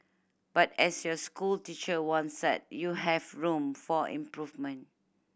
but as your school teacher once said you have room for improvement